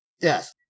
yes